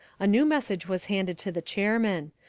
a new message was handed to the chairman.